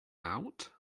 out